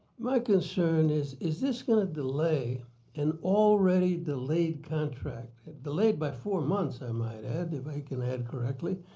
my concern is, is this going to delay an already delayed contract? and delayed by four months, i might add, if i can add correctly.